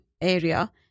area